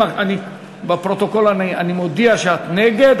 לפרוטוקול אני מודיע שאת נגד,